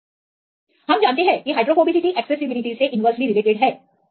हम जानते हैं कि एक्सेसिबिलिटी हाइड्रोफोबिसिटी के विपरीत आनुपातिक है